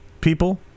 people